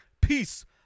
Peace